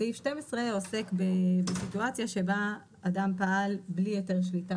סעיף 12 עוסק בסיטואציה שבה אדם פעם בלי היתר שליטה,